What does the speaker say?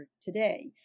today